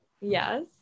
Yes